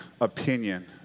opinion